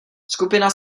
skupina